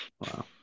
Wow